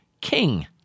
king